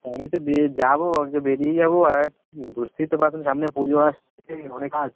আমি তো বে যাবো যে বেরিয়ে যাবো আর বুঝতেই তো পারছেন সামনে পুজো আসছে অনেক কাজ